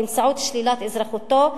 באמצעות שלילת אזרחותו,